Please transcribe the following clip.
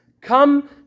Come